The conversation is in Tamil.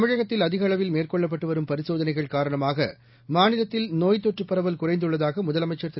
தமிழகத்தில் அதிக அளவில் மேற்கொள்ளப்பட்டு வரும் பரிசோதனைகள் காரணமாக மாநிலத்தில் நோய்த் நொற்றுப் பரவல் குறைந்துள்ளதாக முதலமைச்சர் திரு